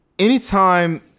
Anytime